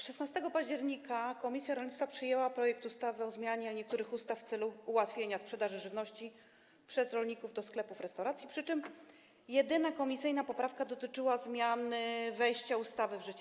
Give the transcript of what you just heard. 16 października komisja rolnictwa przyjęła projekt ustawy o zmianie niektórych ustaw w celu ułatwienia sprzedaży żywności przez rolników do sklepów i restauracji, przy czym jedyna komisyjna poprawka dotyczyła zmiany wejścia ustawy w życie.